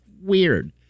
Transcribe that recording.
weird